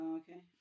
okay